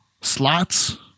slots